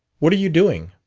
what are you doing?